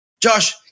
Josh